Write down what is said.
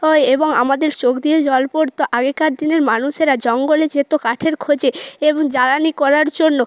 ও এবং আমাদের চোখ দিয়ে জল পড়ত আগেকার দিনের মানুষেরা জঙ্গলে যেত কাঠের খোঁজে এবং জ্বালানি করার জন্য